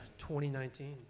2019